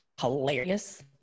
hilarious